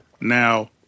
Now